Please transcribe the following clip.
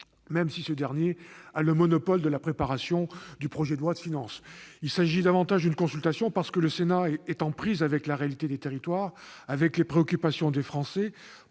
même si ce dernier a le monopole de la préparation du projet de loi de finances. Je parle de consultation, parce que le Sénat est en prise avec la réalité des territoires, les préoccupations des Français,